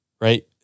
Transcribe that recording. Right